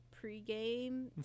pre-game